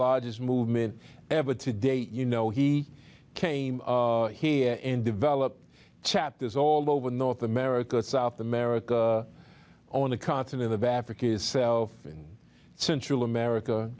largest movement ever to date you know he came here and develop chapters all over north america south america on the continent of africa self in central america